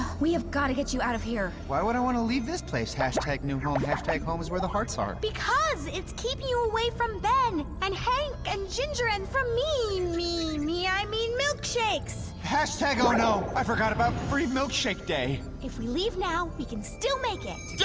we have got to get you out of here. why would i want to leave this place? hashtag new home. hashtag home's where the hearts are. because it's keeping you away from ben and hank and ginger and from me, me, me, i mean, milkshakes! hashtag oh no, i forgot about free milkshake day! if we leave now, we can still make it! yeah